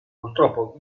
purtroppo